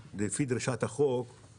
אבל המרחב שאני רוצה שנהיה